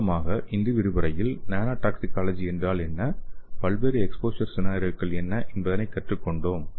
சுருக்கமாக இந்த விரிவுரையில் நானோடாக்சிகாலஜி என்றால் என்ன பல்வேறு எக்ஸ்போஸர் சினாரியோக்கள் என்ன என்பதைக் கற்றுக்கொண்டோம்